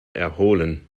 erholen